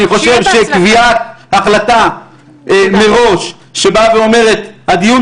אני חושב שקביעת החלטה מראש שאומרת שהדיון